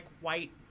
white